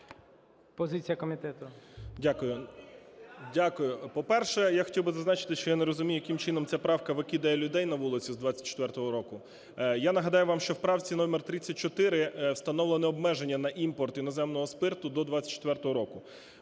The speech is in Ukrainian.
Дякую. По-перше, я хотів би зазначити, що я не розумію, яким чином ця правка викидає людей на вулицю з 2024 року. Я нагадаю вам, що у правці номер 34 встановлені обмеження на імпорт іноземного спирту до 2024 року.